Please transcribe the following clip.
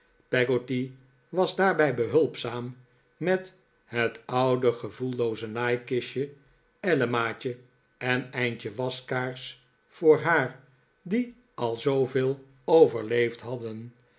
peggotty was daarbij behulpzaam met het oude gevoellooze naaikistje ellemaatje en eindje waskaars voor haar die al zooveel overleefd hadden